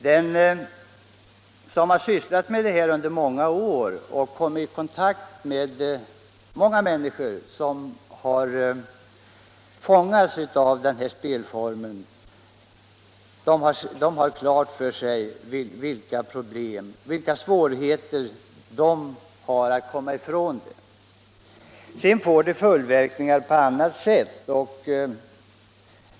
Den som har sysslat med ämnet under många år och kommit i kontakt med många människor som har fångats av det här spelet vet vilka svårigheter de har att komma ifrån det. Sedan får det följdverkningar på annat sätt.